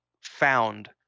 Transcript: found